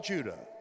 Judah